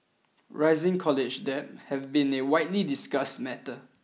rising college debt has been a widely discussed matter